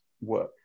work